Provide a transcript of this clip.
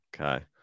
Okay